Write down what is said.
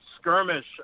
Skirmish